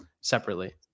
separately